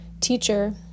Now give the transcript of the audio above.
Teacher